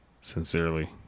Sincerely